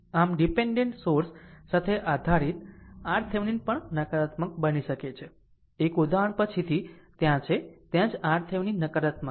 આમ dependent source સાથે આધારીત RThevenin પણ નકારાત્મક બની શકે છે એક ઉદાહરણ પછીથી ત્યાં છે ત્યાં જ RThevenin નકારાત્મક છે